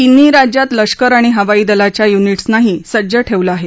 तिन्ही राज्यात लष्कर आणि हवाई दलाच्या युनिट्सनाही सज्ज ठेवलं आहे